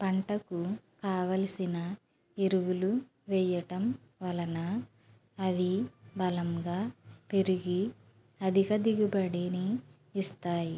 పంటకు కావాల్సిన ఎరువులు వేయ్యటం వలన అవి బలంగా పెరిగి అధిక దిగుబడిని ఇస్తాయి